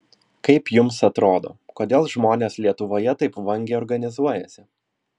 kaip jums atrodo kodėl žmonės lietuvoje taip vangiai organizuojasi